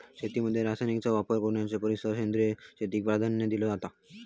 शेतीमध्ये रसायनांचा वापर करुच्या परिस सेंद्रिय शेतीक प्राधान्य दिलो जाता